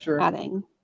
adding